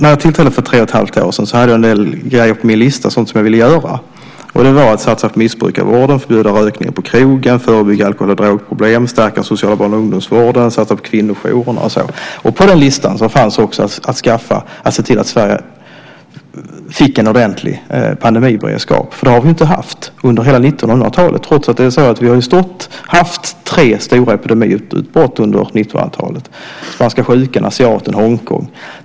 När jag tillträdde för tre och ett halvt år sedan hade jag en del grejer på min lista över sådant som jag ville göra. Det var att satsa på missbrukarvården, förbjuda rökning på krogar, förebygga alkohol och drogproblem, stärka den sociala barn och ungdomsvården, satsa på kvinnojourerna och sådant. På den listan fanns också att se till att Sverige fick en ordentlig pandemiberedskap, för det har vi inte haft under hela 1900-talet. Vi har ju haft tre stora epidemiutbrott under 1900-talet, spanska sjukan, asiaten och Hongkonginfluensan.